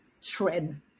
shred